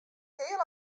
heal